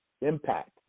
impact